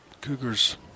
Cougars